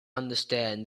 understand